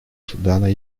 судана